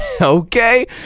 okay